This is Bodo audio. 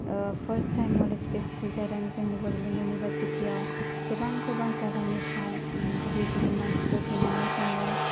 फार्स टाइम नलेज फेसथिभेल जादों जोंनि बड'लेण्ड इउनिभारचिटियाव गोबां जायगानिफ्राय माखासे गिदिर गिदिर मानसिफोर फैनानै जोंनो